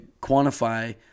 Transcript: quantify